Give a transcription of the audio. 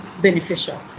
beneficial